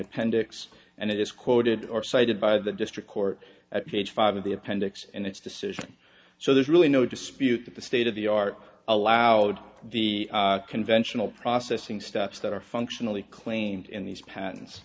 appendix and it is quoted or cited by the district court at page five of the appendix and its decision so there's really no dispute that the state of the art allowed the conventional processing steps that are functionally claimed in these pat